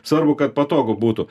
svarbu kad patogu būtų